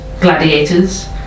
gladiators